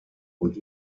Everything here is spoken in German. und